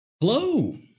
Hello